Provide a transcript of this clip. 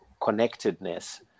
connectedness